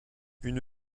une